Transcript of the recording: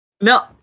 No